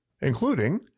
including